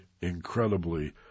incredibly